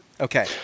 Okay